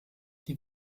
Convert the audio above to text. die